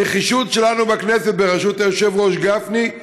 הנחישות שלנו בכנסת, בראשות היושב-ראש גפני,